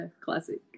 Classic